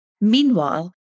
Meanwhile